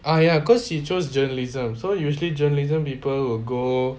ah ya cause she chose journalism so usually journalism people will go